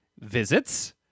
visits